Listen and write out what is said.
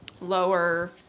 lower